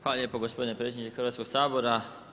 Hvala lijepo gospodine predsjedniče Hrvatskog sabora.